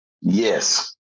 Yes